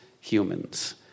humans